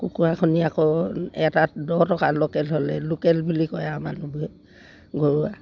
কুকুৰা কণী আকৌ এটাত দহ টকা লোকেল হ'লে লোকেল বুলি কয় আৰু মানুহ ঘৰুৱা